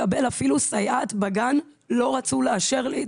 לקבל אפילו סייעת בגן לא רצו לאשר לי,